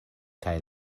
kaj